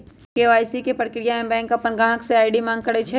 KYC के परक्रिया में बैंक अपन गाहक से आई.डी मांग करई छई